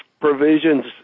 provisions